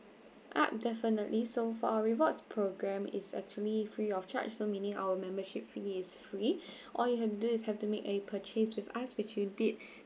up definitely so for our rewards program it's actually free of charge so meaning our membership fee is free all you have to do is have to make a purchase with us which you did